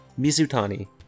Mizutani